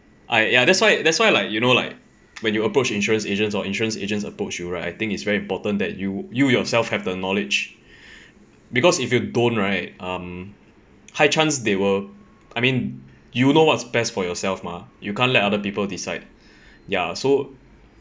I ya that's why that's why like you know like when you approach insurance agents or insurance agents approach you right I think it's very important that you you yourself have the knowledge because if you don't right um high chance they will I mean you know what's best for yourself mah you can't let other people decide ya so